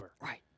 Right